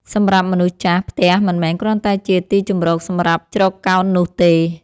សម្រាប់មនុស្សចាស់ ផ្ទះមិនមែនគ្រាន់តែជាទីជម្រកសម្រាប់ជ្រកកោននោះទេ។